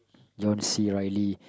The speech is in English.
John-C-Riley